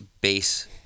base